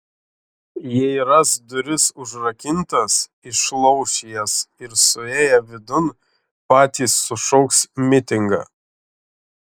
jei ras duris užrakintas išlauš jas ir suėję vidun patys sušauks mitingą